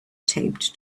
taped